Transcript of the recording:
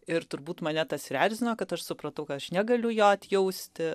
ir turbūt mane tas ir erzino kad aš supratau kad aš negaliu jo atjausti